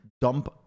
dump